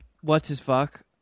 what's-his-fuck